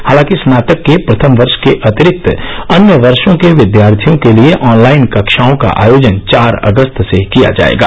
हालांकि स्नातक के प्रथम वर्ष के अतिरिक्त अन्य वर्षो के विद्यार्थियों के लिए ऑनलाइन कक्षाओं का आयोजन चार अगस्त से किया जाएगा